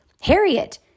Harriet